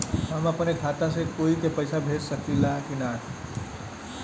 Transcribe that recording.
हम अपने खाता से कोई के पैसा भेज सकी ला की ना?